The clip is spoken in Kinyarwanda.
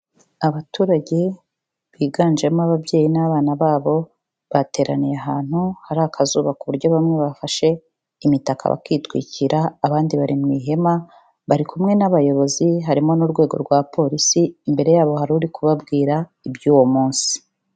Abaturage biganjemo ababyeyi n'abana babo bateraniye ahantu hari akazuba ku buryo bamwe bafashe imitaka bakitwikira abandi bari mu ihema, bari kumwe n'abayobozi, harimo n'urwego rwa porisi imbere yabo hari uri kubabwira iby'uwo munsi.